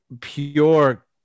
Pure